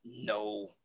No